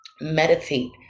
meditate